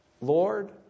Lord